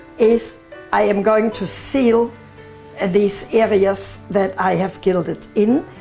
is i am going to seal and these areas that i have gilded in,